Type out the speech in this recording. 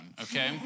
okay